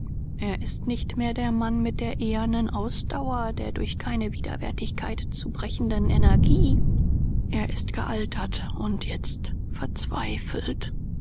er ist nicht mehr der mann mit der ehernen ausdauer der durch keine widerwärtigkeit zu brechenden energie er ist gealtert und jetzt verzweifelt